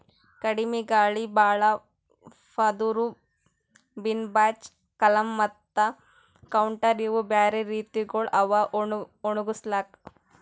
ಕಡಿಮಿ ಗಾಳಿ, ಭಾಳ ಪದುರ್, ಬಿನ್ ಬ್ಯಾಚ್, ಕಾಲಮ್ ಮತ್ತ ಕೌಂಟರ್ ಇವು ಬ್ಯಾರೆ ರೀತಿಗೊಳ್ ಅವಾ ಒಣುಗುಸ್ಲುಕ್